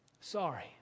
Sorry